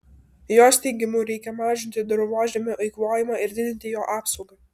jos teigimu reikia mažinti dirvožemio eikvojimą ir didinti jo apsaugą